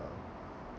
uh